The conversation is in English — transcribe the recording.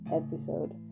episode